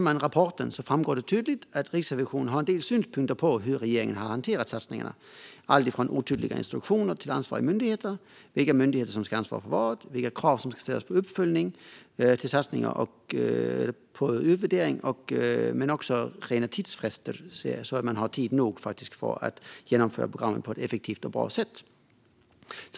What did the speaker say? Av rapporten framgår det tydligt att Riksrevisionen har en del synpunkter på hur regeringen har hanterat satsningarna, alltifrån otydliga instruktioner till ansvariga myndigheter, vilka myndigheter som ska ansvara för vad och vilka krav som ska ställas på uppföljning av satsningar, till hur utvärdering ska ske. Men det handlar också om tidsfrister, att man har tid nog för att genomföra programmen på ett effektivt och bra sätt.